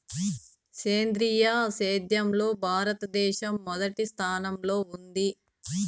సేంద్రీయ సేద్యంలో భారతదేశం మొదటి స్థానంలో ఉంది